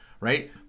right